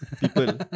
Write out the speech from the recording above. people